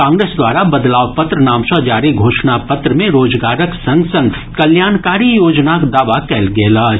कांग्रेस द्वारा बदलाव पत्र नाम सँ जारी घोषणा पत्र मे रोजगारक संग संग कल्याणकारी योजनाक दावा कयल गेल अछि